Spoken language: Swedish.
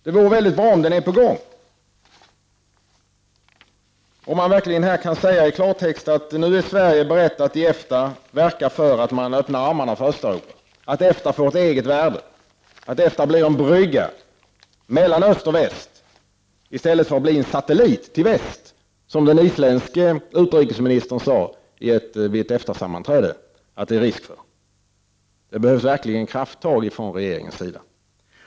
Det vore väldigt bra om den skulle vara på gång, om man verkligen här kunde säga i klartext att Sverige nu är berett att i EFTA verka för att man öppnar för Östeuropa, för att EFTA får ett eget värde, för att EFTA blir en brygga mellan öst och väst i stället för att bli en satellit till väst — vilket det finns risk för enligt vad den isländske utrikesministern sade vid ett EFTA-sammanträde. Det behövs verkligen krafttag från regeringens sida.